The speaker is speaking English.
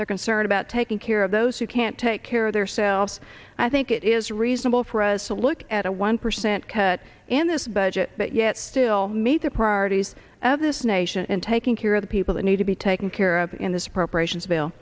they're concerned about taking care of those who can't take care of their selves i think it is reasonable for us to look at a one percent cut in this budget but yet still meet the priorities of this nation and taking care of the people that need to be taken care of in this appropriations bill